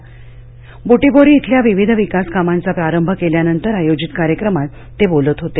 ब्रुटीबोरी शिल्या विविध विकास कामांचा प्रारंभ केल्यानंतर आयोजित कार्यक्रमात ते बोलत होते